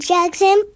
Jackson